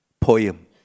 poem